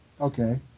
okay